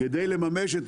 כדי לממש את